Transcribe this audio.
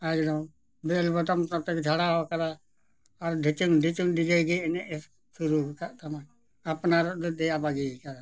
ᱮᱠᱫᱚᱢ ᱵᱷᱮᱥ ᱵᱟᱛᱟᱢ ᱠᱟᱛᱮ ᱡᱷᱟᱲᱟᱣ ᱠᱟᱫᱟᱭ ᱟᱨ ᱰᱷᱮᱪᱩᱝ ᱰᱷᱮᱪᱩᱝ ᱰᱤᱡᱮ ᱜᱮ ᱮᱱᱮᱡ ᱮ ᱥᱩᱨᱩ ᱟᱠᱟᱫ ᱛᱟᱢᱟ ᱟᱯᱱᱟᱨᱚᱜ ᱫᱚᱭ ᱫᱮᱭᱟ ᱵᱟᱹᱜᱤᱭ ᱠᱟᱫᱟ